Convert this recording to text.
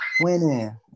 winning